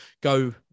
go